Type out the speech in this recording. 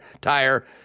Tire